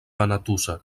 benetússer